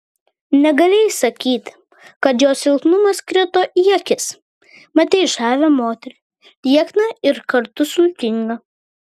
negalėjai sakyti kad jos silpnumas krito į akis matei žavią moterį liekną ir kartu sultingą